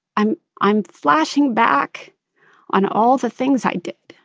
i'm i'm flashing back on all the things i did,